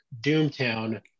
Doomtown